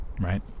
right